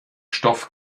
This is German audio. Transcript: stoff